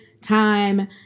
time